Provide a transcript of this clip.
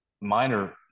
minor